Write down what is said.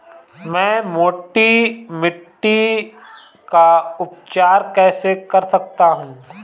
मैं मोटी मिट्टी का उपचार कैसे कर सकता हूँ?